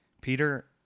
Peter